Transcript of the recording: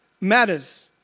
matters